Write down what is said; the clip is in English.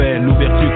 l'ouverture